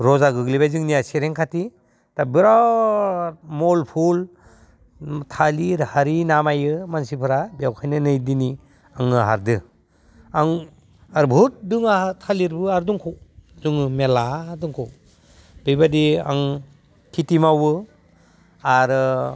रजा गोग्लैबाय जोंनिया सेरें खाथि दा बेराद मल फुल थालिर हालि नामायो मानसिफोरा बेवहायनो नै दिनै आङो हादों आं आरो बहुत दङ आंहा थालिरबो आरो दङ मेला दङ बेबायदि आं खेथि मावो आरो